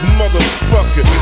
motherfucker